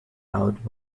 out